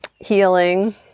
healing